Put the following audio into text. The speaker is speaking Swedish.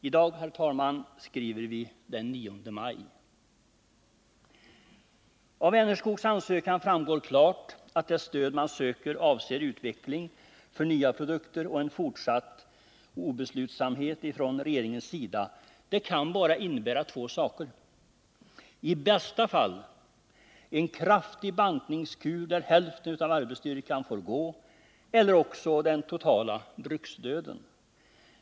I dag, herr talman, skriver vi den 9 maj. Av Vänerskogs ansökan framgår klart att det stöd man söker avser utveckling av nya produkter. En fortsatt obeslutsamhet från regeringens sida kan bara innebära två saker: antingen — i bästa fall — en kraftig bantningskur där hälften av arbetsstyrkan får gå, eller den totala bruksdöden.